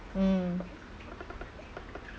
mm